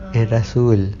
and rasul